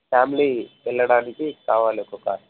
family వెళ్ళడానికి కావాలి ఒక కారు